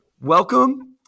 welcome